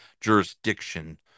jurisdiction